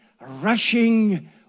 rushing